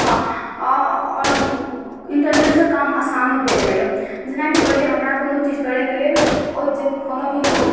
हाँ अऽ आओर हम इन्टरनेटसँ काम आसानो भेल जाइए जेनाकि पहिले हमरा कोनो चीज करयके लेल ओ जे कोनो भी